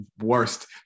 worst